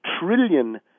trillion